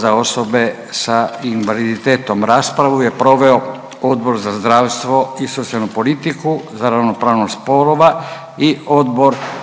za osobe sa invaliditetom. Raspravu je proveo Odbor za zdravstvo i socijalnu politiku, za ravnopravnost spolova i Odbor